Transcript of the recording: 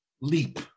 leap